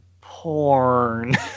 porn